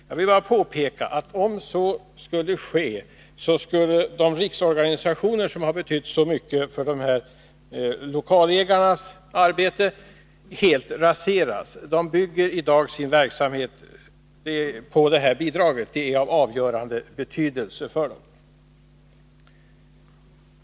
Jag vill påpeka att om så skulle ske, skulle de riksorganisationer som har betytt så mycket för lokalägarnas arbete helt raseras. De bygger i dag sin verksamhet på detta bidrag, så det är av avgörande betydelse för dem.